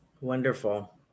Wonderful